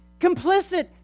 complicit